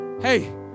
hey